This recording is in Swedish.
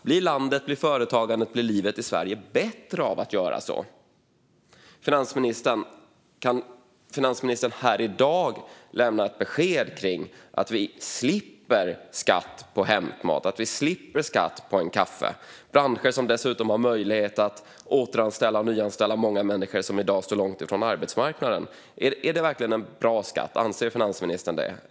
Blir företagandet och livet i Sverige bättre av att man gör så? Kan finansministern här i dag lämna ett besked om att vi slipper skatt på hämtmat och att vi slipper skatt på att köpa en kaffe? Detta är dessutom branscher som har möjlighet att återanställa och nyanställa många människor som i dag står långt ifrån arbetsmarknaden. Är det verkligen en bra skatt? Anser finansministern det?